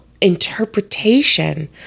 interpretation